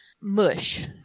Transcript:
mush